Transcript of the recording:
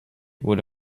wurde